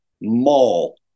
mall